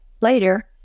later